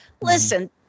Listen